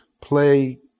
play